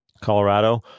Colorado